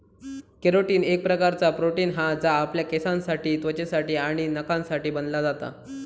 carotene एक प्रकारचा protein हा जा आपल्या केसांसाठी त्वचेसाठी आणि नखांसाठी बनला जाता